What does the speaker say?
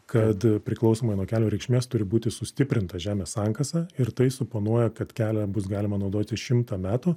kad priklausomai nuo kelio reikšmės turi būti sustiprinta žemės sankasa ir tai suponuoja kad kelią bus galima naudoti šimtą metų